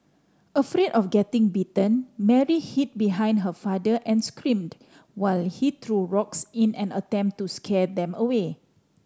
afraid of getting bitten Mary hid behind her father and screamed while he threw rocks in an attempt to scare them away